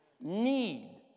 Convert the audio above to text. Need